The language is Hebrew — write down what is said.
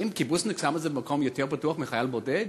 האם קיבוצניק שם את זה במקום בטוח יותר מחייל בודד?